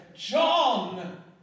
John